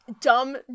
dumb